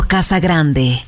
Casagrande